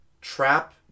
trap